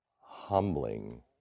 humbling